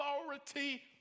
authority